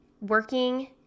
working